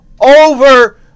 over